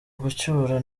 gucyura